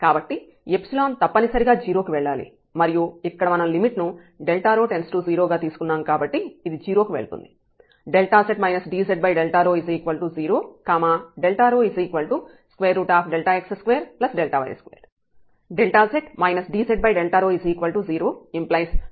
కాబట్టి తప్పనిసరిగా 0 కి వెళ్ళాలి మరియు ఇక్కడ మనం లిమిట్ ను Δρ→0 గా తీసుకున్నాం కాబట్టి ఇది 0 కి వెళ్తుంది